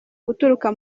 guturuka